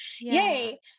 Yay